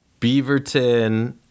Beaverton